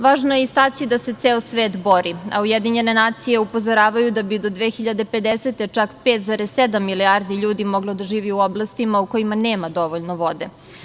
Važno je istaći da se ceo svet bori, a Ujedinjene nacije upozoravaju da bi do 2050. godine čak 5,7 milijardi ljudi moglo da živi u oblastima u kojima nema dovoljno vode.